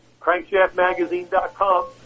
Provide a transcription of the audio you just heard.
CrankshaftMagazine.com